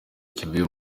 kivuye